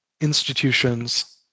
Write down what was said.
institutions